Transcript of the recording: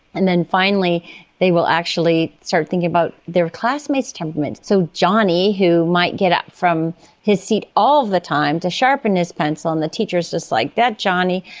and then finally they will actually start thinking about their classmates' temperament. so johnny, who might get up from his seat all the time to sharpen his pencil and the teacher is just, like, that johnny!